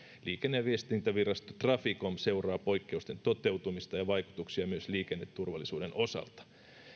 liikenne ja viestintävirasto traficom seuraa poikkeusten toteutumista ja vaikutuksia myös liikenneturvallisuuden osalta